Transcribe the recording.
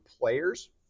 players